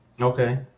Okay